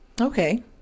okay